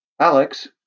Alex